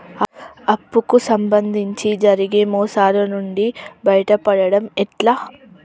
అప్పు కు సంబంధించి జరిగే మోసాలు నుండి బయటపడడం ఎట్లా?